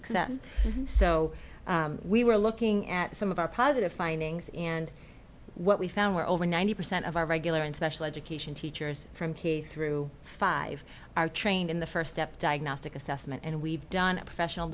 so we were looking at some of our positive findings and what we found were over ninety percent of our regular and special education teachers from here through five are trained in the first step diagnostic assessment and we've done a professional